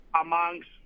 amongst